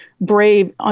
Brave